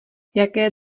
jaké